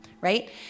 right